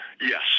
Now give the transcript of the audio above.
Yes